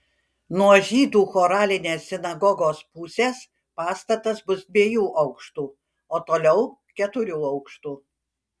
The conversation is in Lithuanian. nuo žydų choralinės sinagogos pusės pastatas bus dviejų aukštų o toliau keturių aukštų